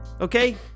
Okay